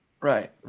Right